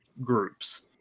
groups